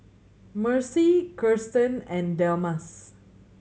Mercy Kiersten and Delmas